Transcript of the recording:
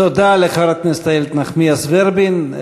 תודה לחברת הכנסת איילת נחמיאס ורבין.